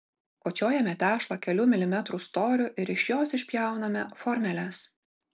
kočiojame tešlą kelių milimetrų storiu ir iš jos išpjauname formeles